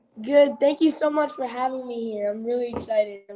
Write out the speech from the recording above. good. thank you so much for having me here. i'm really excited.